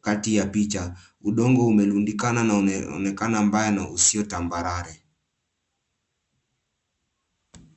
kati ya picha, udongo umerundikana na umeonekana mbaya na usio tambarare.